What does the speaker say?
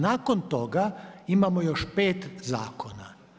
Nakon toga imamo još 5 zakona.